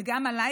וגם עליי,